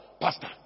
pastor